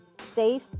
safe